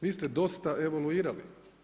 Vi ste dosta evoluirali.